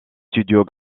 studios